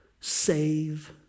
save